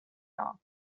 cleaner